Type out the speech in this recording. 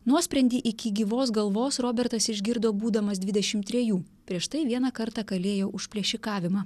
nuosprendį iki gyvos galvos robertas išgirdo būdamas dvidešim trejų prieš tai vieną kartą kalėjo už plėšikavimą